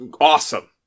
awesome